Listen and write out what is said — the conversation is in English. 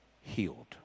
healed